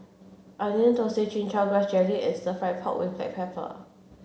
Onion Thosai Chin Chow Grass Jelly and Stir Fry Pork with Black Pepper